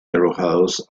arrojados